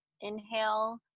Inhale